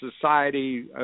society